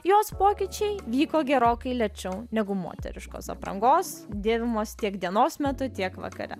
jos pokyčiai vyko gerokai lėčiau negu moteriškos aprangos dėvimos tiek dienos metu tiek vakare